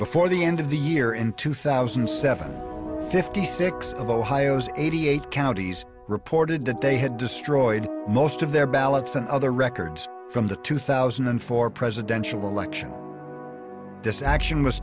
before the end of the year in two thousand and seven fifty six of ohio's eighty eight counties reported that they had destroyed most of their ballots and other records from the two thousand and four presidential election this action was